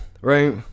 right